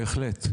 בהחלט.